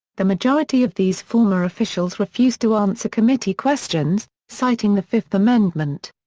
the majority of these former officials refused to answer committee questions, citing the fifth amendment.